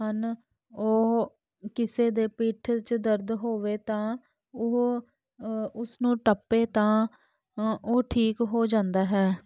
ਹਨ ਉਹ ਕਿਸੇ ਦੇ ਪਿੱਠ 'ਚ ਦਰਦ ਹੋਵੇ ਤਾਂ ਉਹ ਉਸਨੂੰ ਟੱਪੇ ਤਾਂ ਉਹ ਠੀਕ ਹੋ ਜਾਂਦਾ ਹੈ